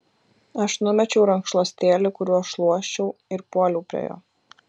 aš numečiau rankšluostėlį kuriuo šluosčiau ir puoliau prie jo